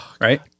Right